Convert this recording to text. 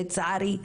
שלצערי,